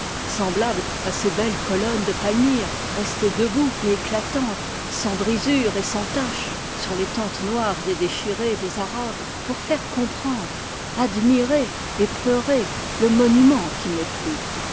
semblable à ces belles colonnes de palmyre restées debout et écla tantes sans brisure et sans tache sur les tentes noires et déchirées des arabes pour faire comprendre admirer et pleurer le monument qui n'est plus